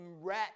rat